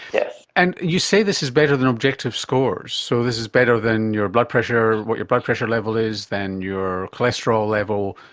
and you say this is better than objective scores, so this is better than your blood pressure, what your blood pressure level is, than your cholesterol level,